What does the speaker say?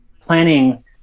planning